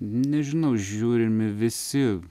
nežinau žiūrimi visi